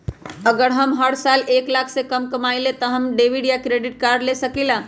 अगर हम हर साल एक लाख से कम कमावईले त का हम डेबिट कार्ड या क्रेडिट कार्ड ले सकीला?